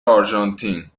آرژانتین